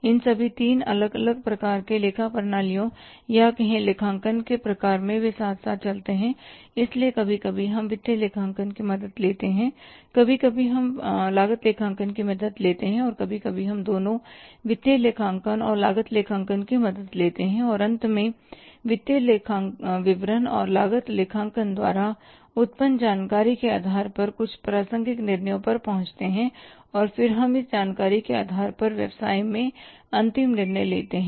इन सभी तीन अलग अलग प्रकार की लेखा प्रणालियों या कहे लेखांकन के प्रकार वे साथ साथ चलते हैं इसलिए कभी कभी हम वित्तीय लेखांकन की मदद लेते हैं कभी कभी हम लागत लेखांकन की मदद लेते हैं कभी कभी हम दोनों वित्तीय और लागत लेखांकन की मदद लेते हैं और अंत में वित्तीय विवरण और लागत लेखांकन द्वारा उत्पन्न जानकारी के आधार पर कुछ प्रासंगिक निर्णयों पर पहुंचते है और फिर हम इस जानकारी के आधार पर व्यवसाय में अंतिम निर्णय लेते हैं